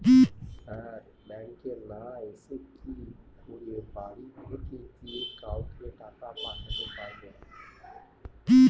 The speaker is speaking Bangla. স্যার ব্যাঙ্কে না এসে কি করে বাড়ি থেকেই যে কাউকে টাকা পাঠাতে পারবো?